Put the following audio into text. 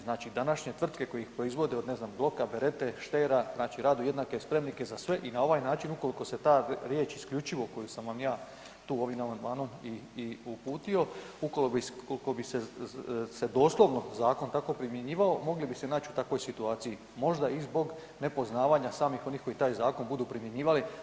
Znači današnje tvrtke koje ih proizvode od ne znam bloka, berete, štera, znači rade jednake spremnike za sve i na ovaj način ukoliko se ta riječ isključivo koju sam vam ja tu ovim amandmanom i, i uputio ukoliko bi se doslovno zakon tako primjenjivao mogli bi se nać u takvoj situaciji, možda i zbog nepoznavanja samih onih koji taj zakon budu primjenjivali.